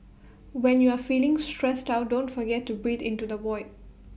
when you are feeling stressed out don't forget to breathe into the void